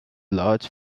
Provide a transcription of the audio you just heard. large